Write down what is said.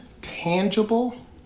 tangible